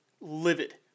livid